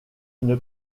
une